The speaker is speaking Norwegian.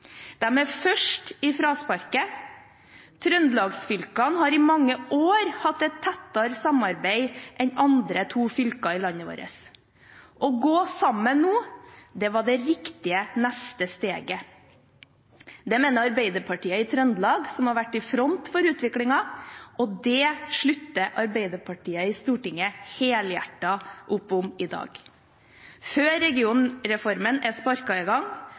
De er først i frasparket. Trøndelags-fylkene har i mange år hatt et tettere samarbeid enn andre to fylker i landet vårt. Å gå sammen nå var det riktige neste steget. Det mener Arbeiderpartiet i Trøndelag, som har vært i front for utviklingen, og det slutter Arbeiderpartiet i Stortinget helhjertet opp om i dag – før regionreformen er sparket i gang,